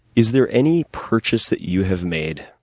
is there any purchase that you have made,